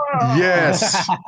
Yes